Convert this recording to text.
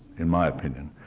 in my opinion.